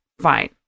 fine